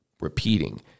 repeating